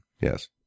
Yes